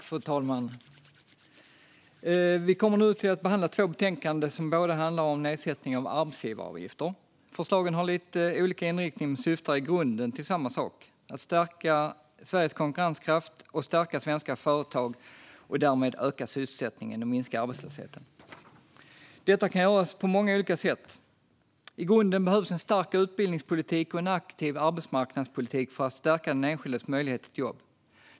Fru talman! Vi kommer nu att behandla två betänkanden som båda handlar om nedsättning av arbetsgivaravgifter. Förslagen har lite olika inriktning men syftar i grunden till samma sak: att stärka Sveriges konkurrenskraft och stärka svenska företag och därmed öka sysselsättningen och minska arbetslösheten. Detta kan göras på många olika sätt. I grunden behövs en stark utbildningspolitik och en aktiv arbetsmarknadspolitik för att stärka den enskildes möjligheter till jobb.